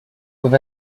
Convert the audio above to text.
with